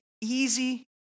easy